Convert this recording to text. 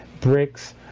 bricks